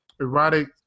erotic